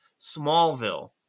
Smallville